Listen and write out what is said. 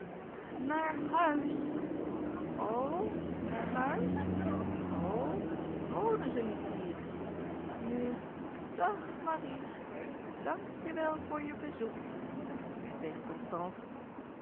naar huis o naar huis o wonen ze niet hier nu dag marie dank je wel voor je bezoek en tegen constance